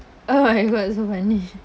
oh my god so funny